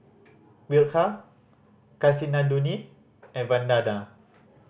Milkha Kasinadhuni and Vandana